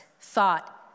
thought